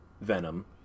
Venom